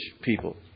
people